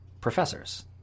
professors